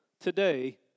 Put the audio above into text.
today